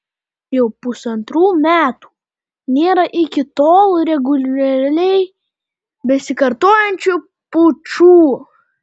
jau pusantrų metų nėra iki tol reguliariai besikartojančių pučų